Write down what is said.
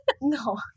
no